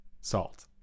Salt